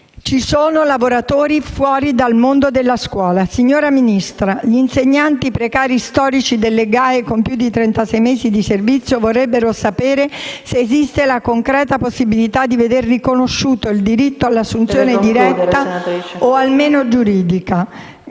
ci sono lavoratori fuori dal mondo della scuola. Signora Ministra, gli insegnanti precari storici delle GAE con più di trentasei mesi di servizio vorrebbero sapere se esiste la concreta possibilità di vedere riconosciuto il diritto all'assunzione diretta...